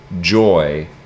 joy